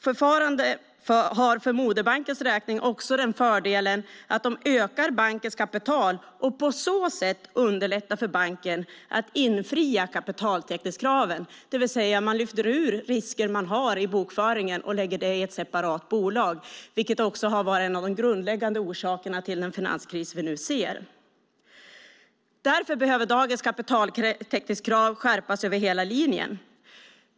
Förfarandet har för moderbankens räkning också den fördelen att det ökar bankens kapital och på så sätt underlättar för banken att infria kapitaltäckningskraven. Man lyfter ur risker man har i bokföringen och lägger det i ett separat bolag. Detta var en av de grundläggande orsakerna till finanskrisen. Dagens kapitaltäckningskrav behöver därför skärpas över hela linjen.